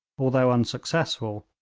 although unsuccessful,